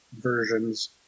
versions